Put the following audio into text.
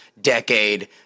decade